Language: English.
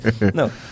No